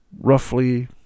roughly